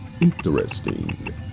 Interesting